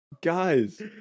Guys